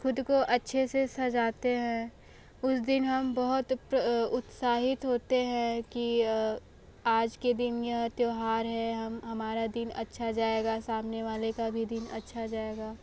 खुद को अच्छे से सजाते हैं उस दिन हम बहुत उत्साहित होते हैं कि आज के दिन यह त्यौहार है हम हमारा दिन अच्छा जाएगा सामने वाले का भी दिन अच्छा जाएगा